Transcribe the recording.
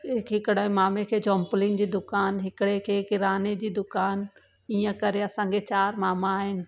हि हिकिड़े मामे खे चौंपलीनि जी दुकानु हिकिड़े खे किराने जी दुकानु ईअं करे असांखे चारि मामा आहिनि